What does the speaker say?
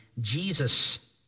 Jesus